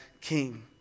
king